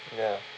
ya